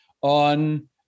on